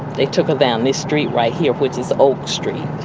they took her down this street right here, which is oak street.